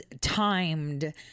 timed